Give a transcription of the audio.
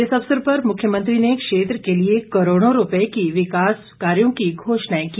इस अवसर पर मुख्यमंत्री ने क्षेत्र के लिए करोड़ों रुपए की विकासात्मक कार्यों की घोषणाए की